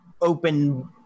open